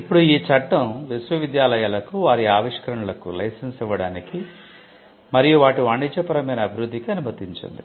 ఇప్పుడు ఈ చట్టం విశ్వవిద్యాలయాలకు వారి ఆవిష్కరణలకు లైసెన్స్ ఇవ్వడానికి మరియు వాటి వాణిజ్యపరమైన అభివృద్ధికి అనుమతించింది